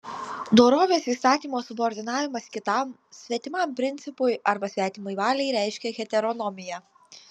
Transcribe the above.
dorovės įstatymo subordinavimas kitam svetimam principui arba svetimai valiai reiškia heteronomiją